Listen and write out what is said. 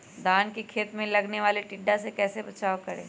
धान के खेत मे लगने वाले टिड्डा से कैसे बचाओ करें?